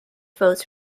votes